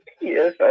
Yes